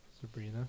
Sabrina